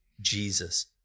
Jesus